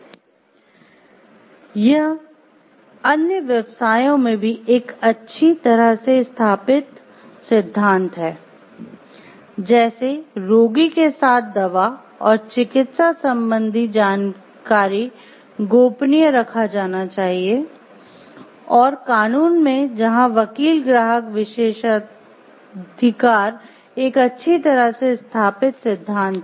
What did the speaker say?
Student यह अन्य व्यवसायों में भी एक अच्छी तरह से स्थापित सिद्धांत है जैसे रोगी के साथ दवा और चिकित्सा संबंधी जानकारी गोपनीय रखा जाना चाहिए और कानून में जहां वकील ग्राहक विशेषाधिकार एक अच्छी तरह से स्थापित सिद्धांत है